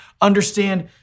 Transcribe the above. understand